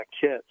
kits